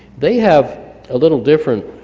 they have a little different,